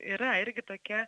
yra irgi tokia